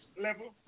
level